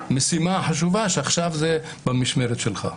במשימה החשובה שהיא עכשיו במשמרת שלך.